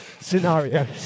Scenario